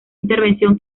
intervención